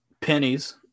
pennies